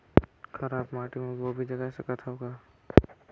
खराब माटी मे गोभी जगाय सकथव का?